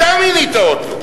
אתה מינית אותו.